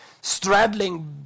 straddling